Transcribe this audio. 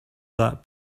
that